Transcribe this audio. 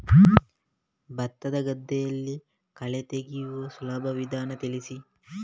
ಭತ್ತದ ಗದ್ದೆಗಳಲ್ಲಿ ಕಳೆ ತೆಗೆಯುವ ಸುಲಭ ವಿಧಾನ ತಿಳಿಸಿ?